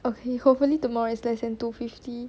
okay hopefully tomorrow is less than two fifty